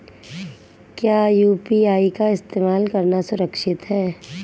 क्या यू.पी.आई का इस्तेमाल करना सुरक्षित है?